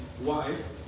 wife